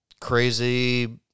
crazy